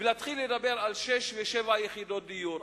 ולהתחיל לדבר על שש ושבע יחידות דיור.